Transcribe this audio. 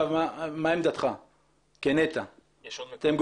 מה עמדתך כגורם